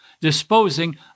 disposing